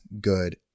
good